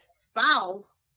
spouse